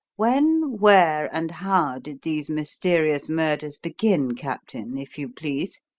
when, where, and how did these mysterious murders begin, captain, if you please?